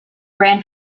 ran